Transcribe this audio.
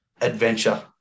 adventure